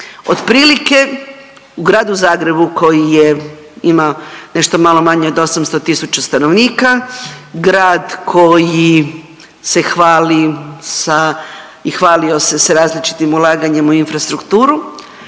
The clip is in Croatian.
Otprilike u gradu Zagrebu koji ima nešto malo manje od 800.000 stanovnika, grad koji se hvali sa i hvalio se s različitim ulaganjem u infrastrukturu,